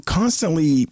constantly